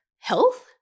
health